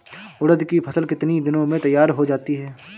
उड़द की फसल कितनी दिनों में तैयार हो जाती है?